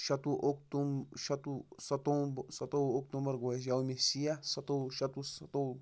شَتوُہ اکتو شَتوُہ سَتووُہ سَتووُہ اکتوبر گوٚو اَسہِ یومہِ سیاح سَتووُہ شَتوُہ سَتووُہ